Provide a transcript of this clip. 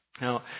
Now